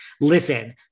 Listen